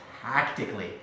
tactically